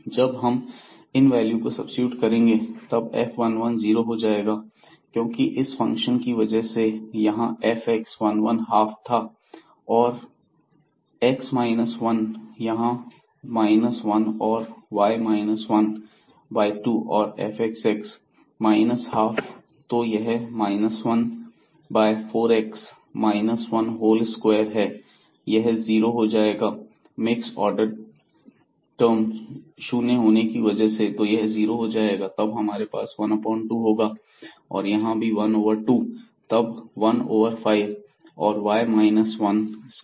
जब हम इन वैल्यू को सब्सीट्यूट करेंगे तब f11 जीरो हो जाएगा क्योंकि इस फंक्शन की वजह से यहां fx11 हाफ था और x माइनस वन यहां माइनस 1 और y minus one one by two और fxx माइनस हाफ तो यह minus one by 4x minus one whole square है यह जीरो हो जाएगा मिक्स ऑर्डर टर्म शून्य होने की वजह से तो यह जीरो हो जाएगा और तब हमारे पास 12 होगा और यहां भी 1 ओवर 2 तब 1 ओवर 5 और वाई माइनस 1 स्क्वायर